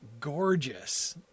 gorgeous